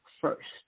first